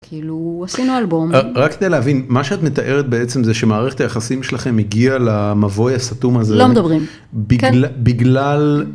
כאילו, עשינו אלבום, רק כדי להבין מה שאת מתארת בעצם זה שמערכת היחסים שלכם הגיעה למבוי הסתום הזה... לא מדברים... בגלל בגלל.